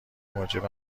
موجب